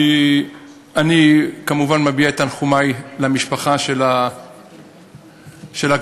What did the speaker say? אני כמובן מביע את תנחומי למשפחה של הקדושה